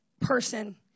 person